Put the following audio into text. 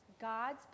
God's